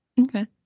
Okay